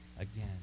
again